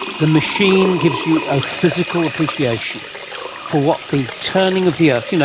the machine gives you a physical appreciation for what the turning of the earth, you know,